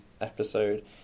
episode